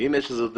אם יש דרך,